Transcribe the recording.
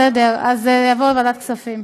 בסדר, אז זה יועבר לוועדת הכספים.